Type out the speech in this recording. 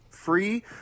Free